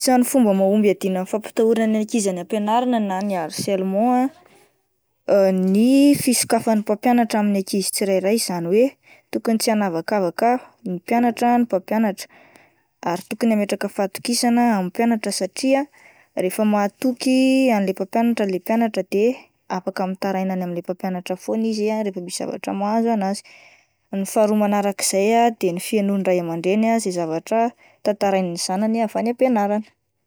Isan'ny fomba mahomby hiadiana amin'ny fampitahorana ny ankizy any am-pianarana na ny harcelement ah, ny fisokafan'ny mpampianatra amin'ny ankizy tsirairay izany hoe tokony tsy hanavakavaka ny mpianatra ny mpampianatra ary tokony ametraka fahatokisana amin'ny mpianatra satria rehefa mahatoky anle mpampianatra le mpianatra de afaka mitaraina any amin'le mpampianatra foana izy ah rehefa misy zavatra mahazo an'azy. Ny faharoa manaraka izay ah de ny fihainoan'ny ray aman-dreny izay zavatra tantarain'ny zanany avy any am-pianarana.